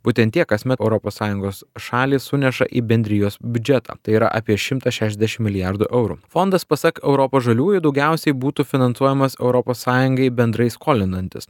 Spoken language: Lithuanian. būtent tiek kasmet europos sąjungos šalys suneša į bendrijos biudžetą tai yra apie šimtą šešdešim milijardų eurų fondas pasak europos žaliųjų daugiausiai būtų finansuojamas europos sąjungai bendrai skolinantis